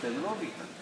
אתם לא ויתרתם.